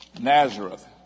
Nazareth